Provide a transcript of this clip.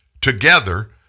Together